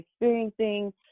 experiencing